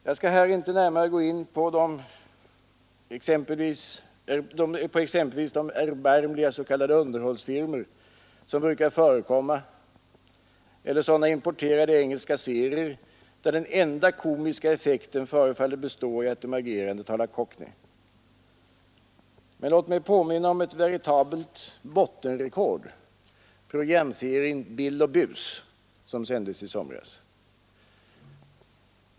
Jag skall här inte gå närmare in på exempelvis de erbarmliga s.k. underhållningsfilmer som brukar förekomma eller sådana importerade engelska serier där den enda komiska effekten förefaller bestå i att de agerande talar cockney. Men låt mig påminna om ett veritabelt bottenrekord, programserien ”Bill och Bus”, som sändes i somras.